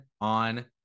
on